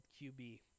QB